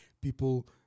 people